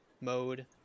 mode